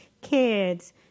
kids